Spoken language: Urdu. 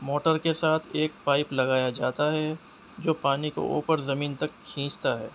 موٹر کے ساتھ ایک پائپ لگایا جاتا ہے جو پانی کو اوپر زمین تک کھینچتا ہے